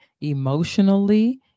emotionally